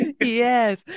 Yes